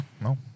no